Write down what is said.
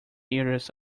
areas